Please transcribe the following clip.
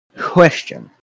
question